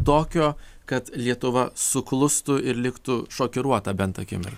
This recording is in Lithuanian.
tokio kad lietuva suklustų ir liktų šokiruota bent akimir